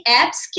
apps